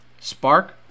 spark